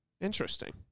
Interesting